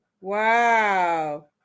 Wow